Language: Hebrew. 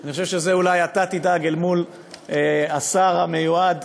אני חושב שאולי אתה תדאג אל מול השר המיועד,